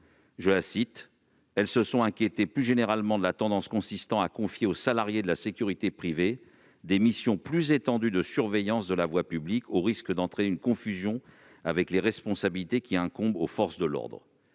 qu'« elles se sont inquiétées, plus généralement, de la tendance consistant à confier aux salariés de la sécurité privée des missions plus étendues de surveillance de la voie publique, au risque d'entraîner une confusion avec les responsabilités qui incombent aux forces de l'ordre ».